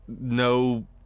no